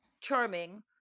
charming